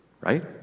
right